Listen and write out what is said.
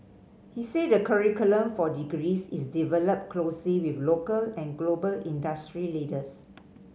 he said the curriculum for degrees is developed closely with local and global industry leaders